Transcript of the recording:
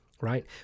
right